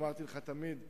אמרתי לך תמיד,